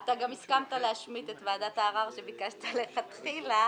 אתה גם הסכמת להשמיט את ועדת הערר שביקשת לכתחילה